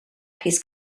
his